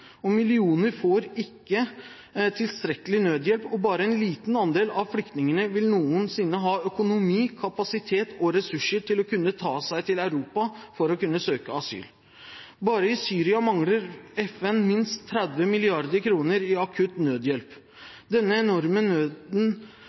Millioner får ikke tilstrekkelig nødhjelp, og bare en liten andel av flyktningene vil noensinne ha økonomi, kapasitet og ressurser til å kunne ta seg til Europa for å kunne søke asyl. Bare i Syria mangler FN minst 30 mrd. kr til akutt nødhjelp. Denne enorme nøden